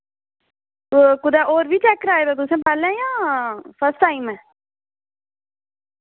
ते कुदै होर बी चैक कराए दा तुसें पैह्लें जां फर्स्ट टाईम ऐ